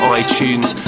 iTunes